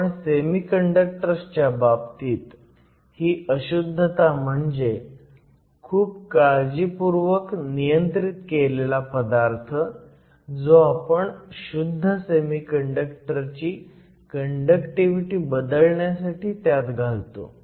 पण सेमीकंडक्टर्स च्या बाबतीत ही अशुद्धता म्हणजे खूप काळजीपूर्वक नियंत्रित केलेला पदार्थ जो आपण शुद्ध सेमीकंडक्टर ची कंडक्टिव्हिटी बदलण्यासाठी त्यात घालतो